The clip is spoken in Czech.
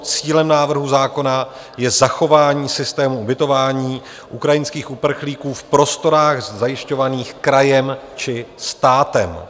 Cílem návrhu zákona je zachování systému ubytování ukrajinských uprchlíků v prostorách zajišťovaných krajem či státem.